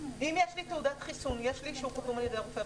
יש לי תעודת חיסון אז יש לי אישור מהרופא המחסן.